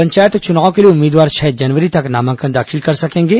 पंचायत चुनाव के लिए उम्मीदवार छह जनवरी तक नामांकन दाखिल कर सकेंगे